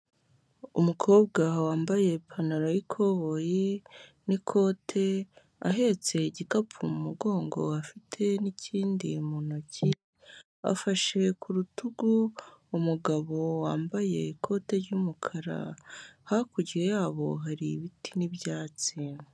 Umukobwa wambaye ipantaro y'ikoboyi n'ikote, ahetse igikapu mu mugongo, afite n'ikindi mu ntoki, afashe ku rutugu umugabo wambaye ikote ry'umukara, hakurya yabo hari ibiti n'ibyatsi.